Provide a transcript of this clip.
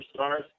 superstars